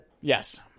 yes